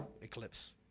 Eclipse